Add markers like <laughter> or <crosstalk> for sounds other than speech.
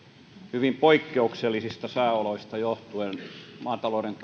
hyvin poikkeuksellisista sääoloista johtuen maatalouden <unintelligible>